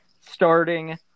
starting